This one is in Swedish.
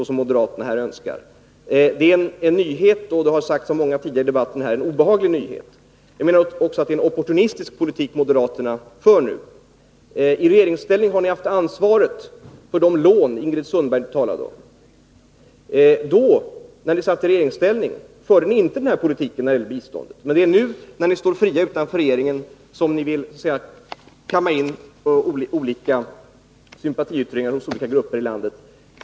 Det är en nyhet och — som många i debatten har sagt — en obehaglig nyhet. Jag anser också att det är en opportunistisk politik moderaterna för. I regeringsställning har ni haft ansvaret för de lån som Ingrid Sundberg talade om. När ni satt i regeringsställning förde ni inte denna politik när det gäller biståndet. Det är nu, när ni står fria utanför regeringen, som ni vill kamma in olika sympatiyttringar hos olika grupper i landet.